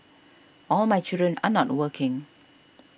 all my children are not working